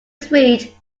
sweet